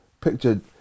picture